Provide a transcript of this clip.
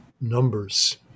numbers